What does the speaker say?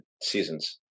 seasons